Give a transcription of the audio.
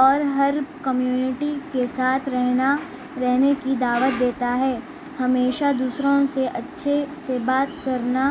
اور ہر کمیونیٹی کے ساتھ رہنا رہنے کی دعوت دیتا ہے ہمیشہ دوسروں سے اچھے سے بات کرنا